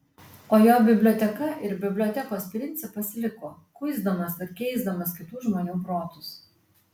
o jo biblioteka ir bibliotekos principas liko kuisdamas ir keisdamas kitų žmonių protus